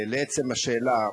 לעצם השאלה,